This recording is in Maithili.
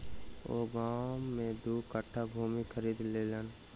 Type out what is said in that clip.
ओ गाम में दू कट्ठा भूमि खरीद लेलैन